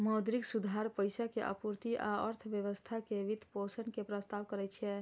मौद्रिक सुधार पैसा के आपूर्ति आ अर्थव्यवस्था के वित्तपोषण के प्रस्ताव करै छै